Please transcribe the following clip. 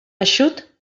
eixut